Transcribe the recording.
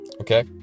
okay